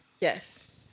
Yes